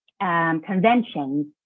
conventions